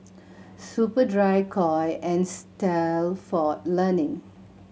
Superdry Koi and Stalford Learning